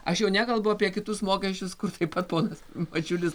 aš jau nekalbu apie kitus mokesčius kur taip pat ponas mačiulis